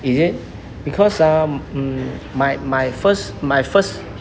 is it because orh mm my my first my first